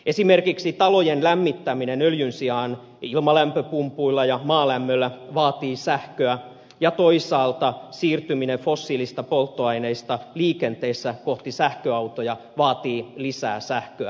esimerkiksi talojen lämmittäminen öljyn sijaan ilmalämpöpumpuilla ja maalämmöllä vaatii sähköä ja toisaalta siirtyminen fossiilisista polttoaineista liikenteessä kohti sähköautoja vaatii lisää sähköä